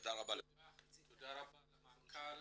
תודה רבה למנכ"ל.